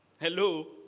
Hello